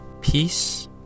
Peace